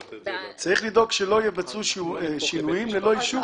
צריך לדאוג שלא יבצעו שינויים ללא אישור.